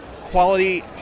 quality